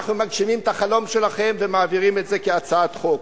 אנחנו מגשימים את החלום שלכם ומעבירים את זה כהצעת חוק.